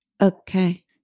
Okay